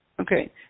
Okay